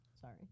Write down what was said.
Sorry